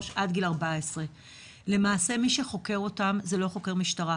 עד גיל 14. למעשה מי שחוקר אותם זה לא חוקר משטרה,